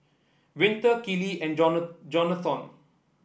Winter Kellee and Jona Jonathon